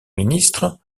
ministre